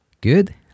Good